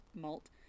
malt